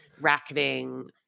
racketing